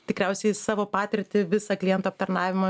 tikriausiai savo patirtį visą klientų aptarnavimą